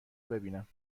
ببینم